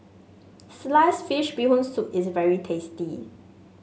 Sliced Fish Bee Hoon Soup is very tasty